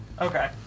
Okay